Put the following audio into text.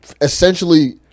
essentially